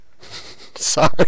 Sorry